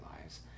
lives